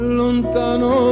lontano